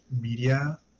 media